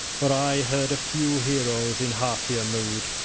for i heard of few heroes, in heartier mood,